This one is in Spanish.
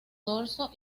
dorso